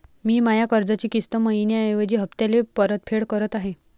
मी माया कर्जाची किस्त मइन्याऐवजी हप्त्याले परतफेड करत आहे